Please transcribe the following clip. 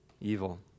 Evil